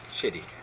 Shitty